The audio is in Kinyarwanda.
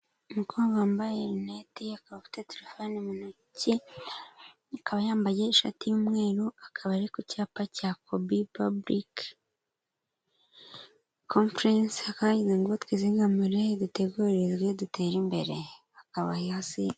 Umukobwa wambaye rinete akaba afite telefone mu ntuki akaba yambaye ishati y'umweru akaba ari ku cyapa cya kobi pabulike komforensi hakaba handitse ngo twiziganire dutegurizwe dutere imbere.